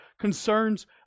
concerns